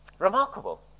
Remarkable